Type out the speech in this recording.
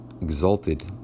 exalted